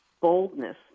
boldness